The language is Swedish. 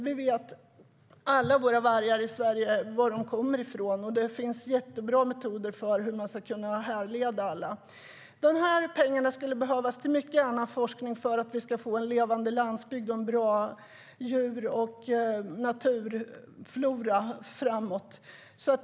Vi vet var alla våra vargar i Sverige kommer ifrån, och det finns mycket bra metoder för hur man ska kunna härleda alla. Dessa pengar skulle behövas till mycket annan forskning för att vi ska få en levande landsbygd och en bra flora och fauna framöver.